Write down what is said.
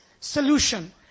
solution